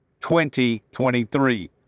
2023